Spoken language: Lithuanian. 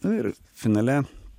nu ir finale